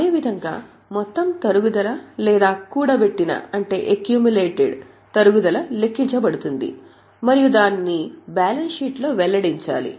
అదే విధంగా మొత్తం తరుగుదల లేదా కూడబెట్టిన తరుగుదల లెక్కించబడుతుంది మరియు దానిని బ్యాలెన్స్ షీట్లో వెల్లడించాలి